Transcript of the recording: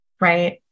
Right